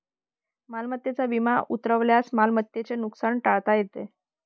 मालमत्तेचा विमा उतरवल्यास मालमत्तेचे नुकसान टाळता येते